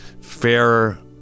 fairer